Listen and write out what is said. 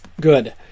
Good